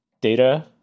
data